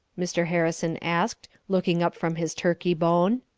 mr. harrison asked, looking up from his turkey bone.